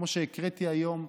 כמו שהקראתי היום,